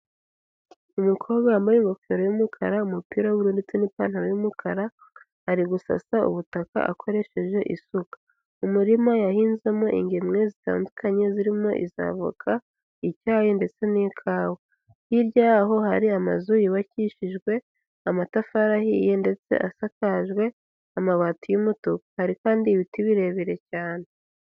umukobwa wambaye ingofero y'umukara, umupira w'uburu ndetse n'ipantaro yumukara ari gusasa ubutaka akoresheje isuka. Mu murima yahinzemo ingemwe zitandukanye zirimo iz'avoka, icyayi ndetse n'ikawa. Hirya y'aho, hari amazu yubakishijwe amatafari ahiye ndetse asakajwe amabati y'umutuku. Hari kandi ibiti birebire cyane.